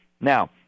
Now